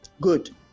Good